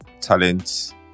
Talent